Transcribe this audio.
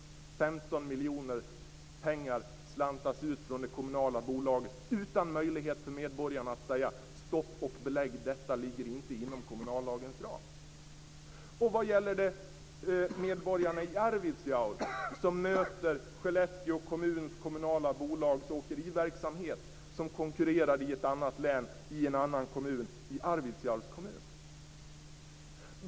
15 miljoner kronor slantas ut från det kommunala bolaget utan att medborgarna har möjlighet att säga: Stopp och belägg, detta ligger inte inom kommunallagens ram. Och medborgarna i Arvidsjaur möter Skellefteå kommuns kommunala bolags åkeriverksamhet som konkurrerar i ett annat län i en annan kommun, i Arvidsjaurs kommun.